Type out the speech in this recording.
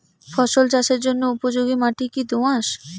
ফসল চাষের জন্য উপযোগি মাটি কী দোআঁশ?